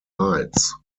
hides